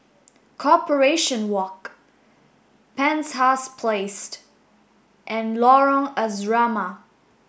Corporation Walk Penshurst Place and Lorong Asrama